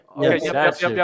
Yes